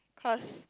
cause